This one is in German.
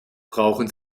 brauchen